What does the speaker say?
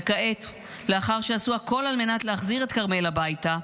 כעת, לאחר שעשו הכול על מנת להחזיר את כרמל הביתה,